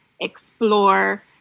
explore